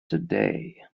today